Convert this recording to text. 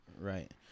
Right